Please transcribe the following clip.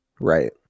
Right